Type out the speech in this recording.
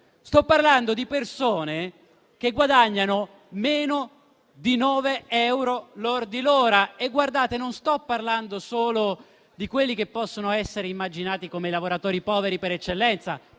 Sto parlando di persone che guadagnano meno di 9 euro lordi l'ora e, guardate, non sto parlando solo di quelli che possono essere immaginati come i lavoratori poveri per eccellenza